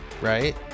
right